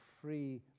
free